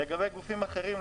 לגבי גופים אחרים,